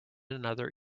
another